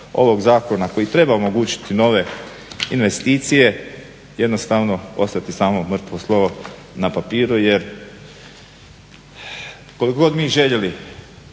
ovog zakona koji treba omogućiti nove investicije jednostavno ostati samo mrtvo slovo na papiru. Jer koliko god mi željeli,